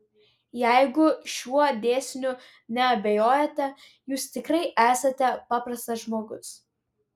jeigu šiuo dėsniu neabejojate jūs tikrai esate paprastas žmogus